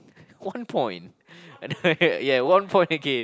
one point yeah one point again